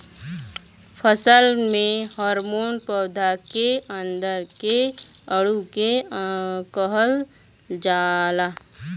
फसल में हॉर्मोन पौधा के अंदर के अणु के कहल जाला